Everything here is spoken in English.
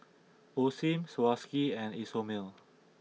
Osim Swarovski and Isomil